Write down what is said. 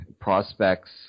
prospects